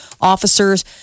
Officers